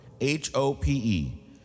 H-O-P-E